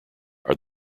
are